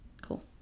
Cool